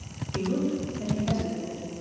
he looked and he hesitated,